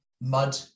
Mud